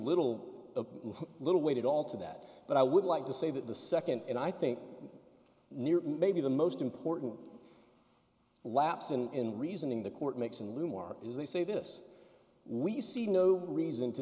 little little weight at all to that but i would like to say that the second and i think maybe the most important lapse in reasoning the court makes and lou more is they say this we see no reason to